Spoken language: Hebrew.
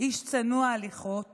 איש צנוע הליכות